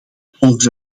volgens